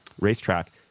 racetrack